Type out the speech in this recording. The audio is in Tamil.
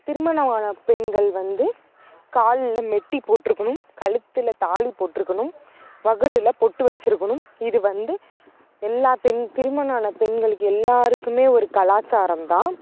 திருமணம் ஆன பெண்கள் வந்து காலில் மெட்டி போட்டுருக்குணும் கழுத்தில் தாலி போட்டுருக்கணும் வகுடில் பொட்டு வச்சுருக்குணும் இது வந்து எல்லாப் பெண் திருமணம் ஆன பெண்களுக்கு எல்லாருக்குமே ஒரு கலாச்சாரம் தான்